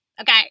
okay